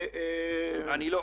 הם טובים,